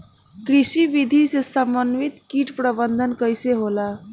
कृषि विधि से समन्वित कीट प्रबंधन कइसे होला?